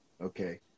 Okay